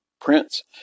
Prince